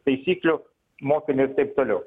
taisyklių mokinio ir taip toliau